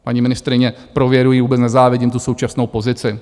Paní ministryně pro vědu já jí vůbec nezávidím tu současnou pozici.